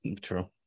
true